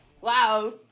Wow